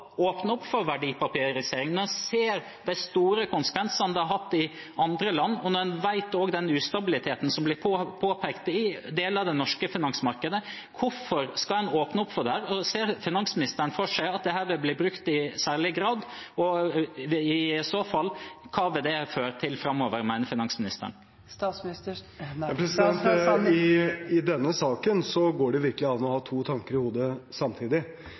åpne opp for verdipapirisering når en ser de store konsekvensene det har hatt i andre land, og når en også vet om den ustabiliteten som blir påpekt i deler av det norske finansmarkedet? Hvorfor skal en åpne opp for det? Ser finansministeren for seg at dette vil bli brukt i særlig grad, og hva mener han i så fall det vil føre til framover? I denne saken går det virkelig an å ha to tanker i hodet samtidig.